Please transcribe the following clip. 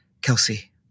Kelsey